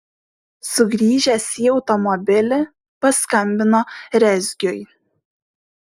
sugrįžęs į automobilį paskambino rezgiui